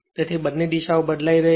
તેથી બંને દિશાઓ બદલાઈ રહી છે